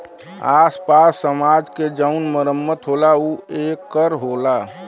आस पास समाज के जउन मरम्मत होला ऊ ए कर होला